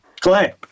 Clay